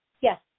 Yes